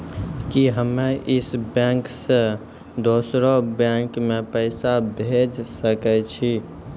कि हम्मे इस बैंक सें दोसर बैंक मे पैसा भेज सकै छी?